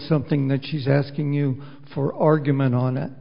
something that she's asking you for argument on